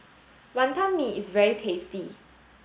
Wantan Mee is very tasty